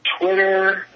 Twitter